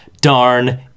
darn